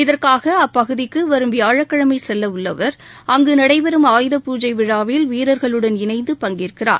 இதற்காக அப்பகுதிக்கு வரும் வியாழக்கிழமை செல்ல உள்ள அவர் அங்கு நடைபெறும் ஆயுதபூஜை விழாவில் வீரர்களுடன் இணைந்து பங்கேற்கிறார்